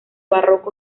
barroco